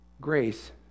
grace